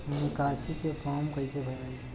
निकासी के फार्म कईसे भराई?